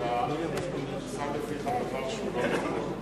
שם בפיך דבר שהוא לא נכון.